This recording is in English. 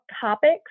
topics